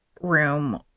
room